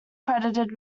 credited